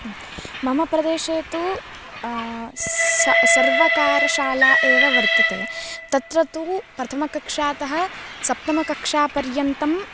मम प्रदेशे तु स सर्वकारशाला एव वर्तते तत्र तु प्रथमकक्षातः सप्तमकक्षापर्यन्तं